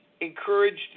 encouraged